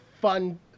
fun